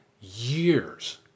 years